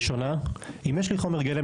הראשונה: אם יש לי חומר גלם,